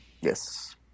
Yes